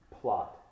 plot